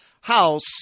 house